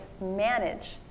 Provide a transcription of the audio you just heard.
manage